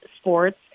sports